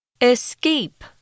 Escape